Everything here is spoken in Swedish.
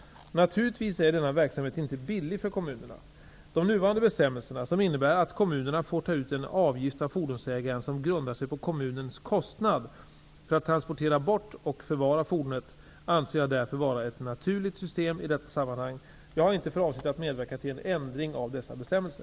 Naturligtvis är denna verksamhet inte billig för kommunerna. De nuvarande bestämmelserna, som innebär att kommunerna får ta ut en avgift av fordonsägaren som grundar sig på kommunens kostnad för att transportera bort och förvara fordonet, anser jag därför vara ett naturligt system i detta sammanhang. Jag har inte för avsikt att medverka till en ändring av dessa bestämmelser.